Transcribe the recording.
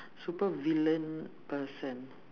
super villain person